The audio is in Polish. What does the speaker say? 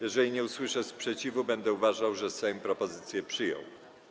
Jeżeli nie usłyszę sprzeciwu, będę uważał, że Sejm propozycje przyjął.